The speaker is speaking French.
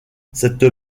cette